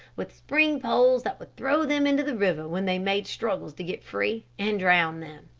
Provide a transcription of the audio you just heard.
with spring poles that would throw them into the river when they made struggles to get free, and drown them.